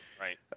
Right